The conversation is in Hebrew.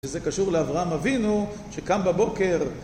וזה קשור לאברהם אבינו שקם בבוקר